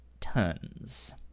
tons